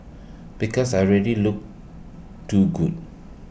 because I already look too good